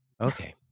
okay